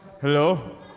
hello